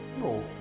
No